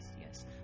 yes